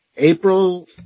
April